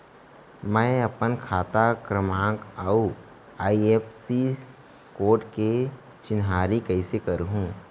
मैं अपन खाता क्रमाँक अऊ आई.एफ.एस.सी कोड के चिन्हारी कइसे करहूँ?